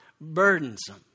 burdensome